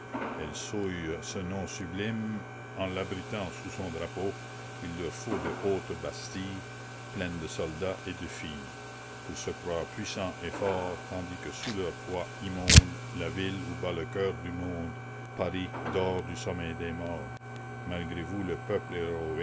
elle souille ce nom sublime en l'abritant sous son drapeau il leur faut de hautes bastilles pleines de soldats et de filles pour se croire puissants et forts tandis que sous leur poids immonde la ville où bat le cœur du monde paris dort du sommeil des morts malgré vous le peuple